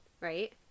right